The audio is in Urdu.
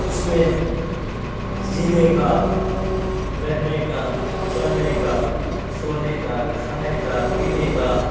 اس میں جینے کا رہنے کا چلنے کا سونے کا کھانے کا پینے کا